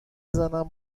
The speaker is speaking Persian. زنم